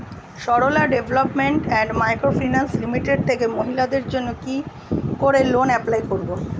Sarala development and micro finance limited থেকে মহিলাদের জন্য কি করে লোন এপ্লাই করব?